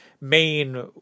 main